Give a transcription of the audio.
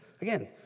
Again